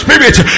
Spirit